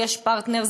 יש פרטנר,